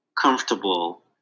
comfortable